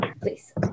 Please